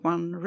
One